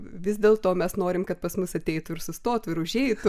vis dėl to mes norim kad pas mus ateitų ir sustotų ir užeitų